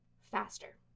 faster